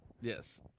Yes